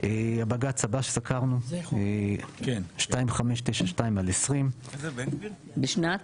הבג"צ הבא שסקרנו, 2592/20. בשנת?